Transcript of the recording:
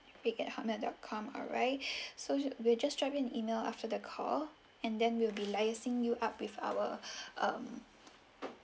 peek at hotmail dot com alright so we'll just drop you an email after the call and then we will be liaising you up with our um